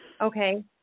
Okay